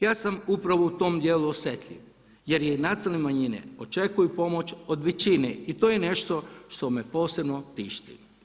Ja sam upravo u tom dijelu osjetljiv jer i nacionalne manjine očekuju pomoć od većine i to je nešto što me posebno tišti.